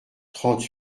trente